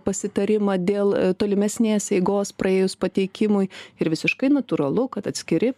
pasitarimą dėl tolimesnės eigos praėjus pateikimui ir visiškai natūralu kad atskiri